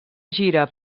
gira